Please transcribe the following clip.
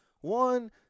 One